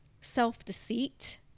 self-deceit